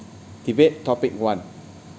debate topic one